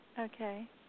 Okay